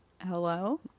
hello